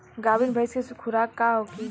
गाभिन भैंस के खुराक का होखे?